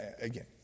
again